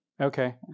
Okay